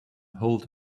hold